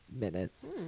minutes